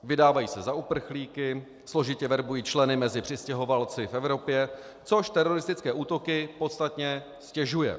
Vydávají se za uprchlíky, složitě verbují členy mezi přistěhovalci v Evropě, což teroristické útoky podstatně ztěžuje.